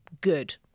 good